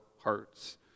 hearts